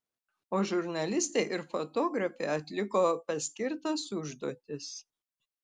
o žurnalistai ir fotografė atliko paskirtas užduotis